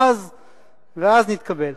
ואז נתקבל.